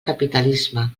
capitalisme